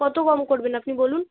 কতো কম করবেন আপনি বলুন